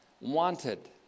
wanted